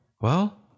Well